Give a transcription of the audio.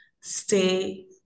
stay